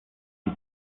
die